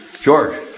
George